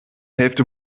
hälfte